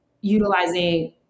utilizing